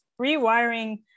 rewiring